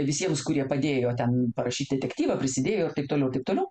visiems kurie padėjo ten parašyt detektyvą prisidėjo ir taip toliau taip toliau